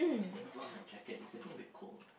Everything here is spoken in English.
hm put on my jacket is it a bit cold